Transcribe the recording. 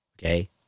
Okay